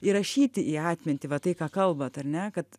įrašyti į atmintį va tai ką kalbat ar ne kad